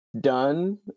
done